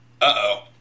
uh-oh